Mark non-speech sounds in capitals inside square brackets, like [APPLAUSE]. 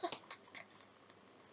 [LAUGHS]